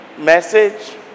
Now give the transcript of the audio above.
message